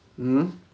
mm mm